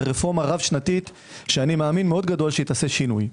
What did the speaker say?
זה רפורמה רב שנתית שאני מאמין מאוד גדול שתעשה שינוי.